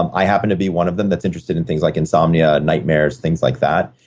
um i happen to be one of them, that's interested in things like insomnia, nightmares things like that.